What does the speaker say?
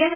S